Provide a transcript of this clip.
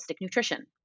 nutrition